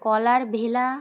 কলার ভেলা